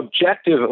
objective